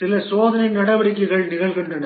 சில சோதனை நடவடிக்கைகள் நிகழ்கின்றன